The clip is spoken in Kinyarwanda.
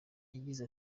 yagize